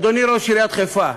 אדוני ראש עיריית חיפה,